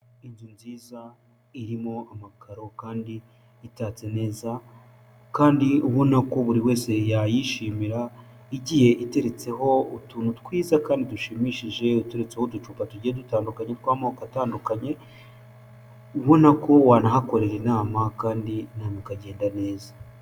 Inzu nziza irimo amakaro kandi itatse neza kandi ubona ko buri wese yayishimira igiye iteretseho utuntu twiza kandi dushimishije, ituretseho uducupa tugiye dutandukanye tw'amoko atandukanye, ubona ko wanahakorera inama kandi inama ikagenda neza.